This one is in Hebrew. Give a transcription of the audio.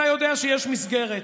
אתה יודע שיש מסגרת,